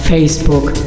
Facebook